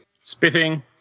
Spitting